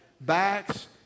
backs